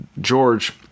George